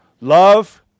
Love